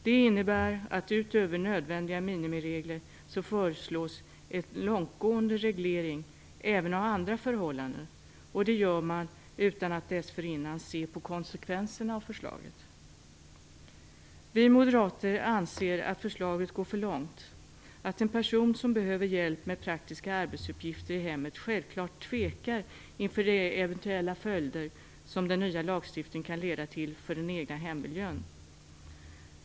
Det innebär att det utöver nödvändiga minimiregler föreslås en långtgående reglering även av andra förhållanden, och det gör man utan att dessförinnan ha sett på konsekvenserna av förslaget. Vi moderater anser att förslaget går för långt. En person som behöver hjälp med praktiska arbetsuppgifter i hemmet tvekar självklart inför de eventuella följder som den nya lagstiftningen kan leda till för den egna hemmiljön.